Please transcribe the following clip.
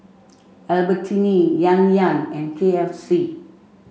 Albertini Yan Yan and K F C